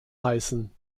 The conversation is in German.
heißen